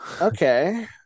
Okay